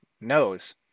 knows